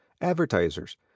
advertisers